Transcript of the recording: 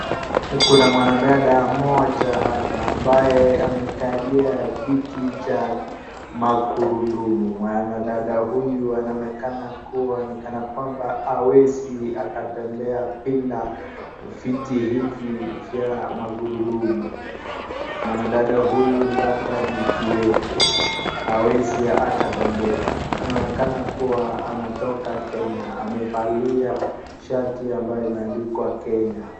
Kuna mwanadada mmoja hapa ambaye amekalia kiti cha magurudumu. Mwanadada huyu anaonekana kuwa ni kana kwamba hawezi akatembea bila viti hivi vya magurudumu. Mwanadada huyu labda ni kiwete. Hawezi akatembea. Anaonekana kuwa anatoka Kenya. Amevalia shati ambayo imeandikwa Kenya.